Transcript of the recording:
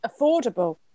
Affordable